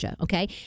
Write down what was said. okay